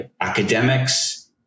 academics